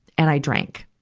and i drank,